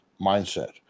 mindset